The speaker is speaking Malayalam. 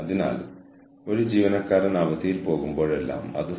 ഇതെല്ലാം നിരന്തരം എന്തെങ്കിലും ടെൻഷൻ ഉണ്ടാക്കുന്ന ഒന്നാണ്